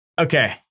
Okay